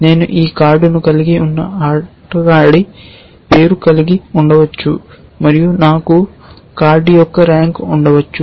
నేను ఆ కార్డును కలిగి ఉన్న ఆటగాడి పేరు కలిగి ఉండవచ్చు మరియు నాకు కార్డు యొక్క ర్యాంక్ ఉండవచ్చు